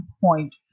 point